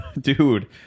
dude